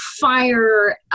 fire